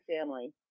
family